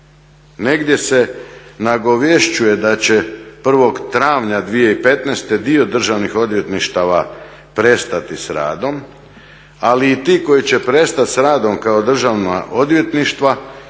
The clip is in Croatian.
Negdje se nagovješćuje da će 1.travnja 2015.dio državnih odvjetništava prestati s radom, ali i ti koji će prestati sa radom kao državna odvjetništva